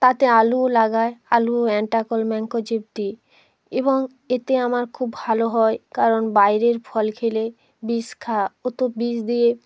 তাতে আলুও লাগায় আলুও অ্যান্ট্রাকল ম্যানকোযেব দিই এবং এতে আমার খুব ভালো হয় কারণ বাইরের ফল খেলে বিষ খাওয়া ও তো বিষ দিয়ে